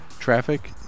traffic